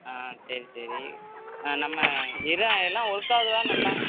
ஆ சரி சரி ஆ நம்ம எல்லாம் எல்லாம் ஒர்க் ஆகுதா நல்லா